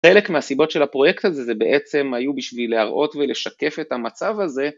חלק מהסיבות של הפרויקט הזה, זה בעצם היו בשביל להראות ולשקף את המצב הזה.